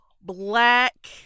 black